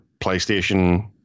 PlayStation